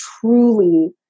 truly